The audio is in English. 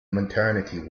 maternity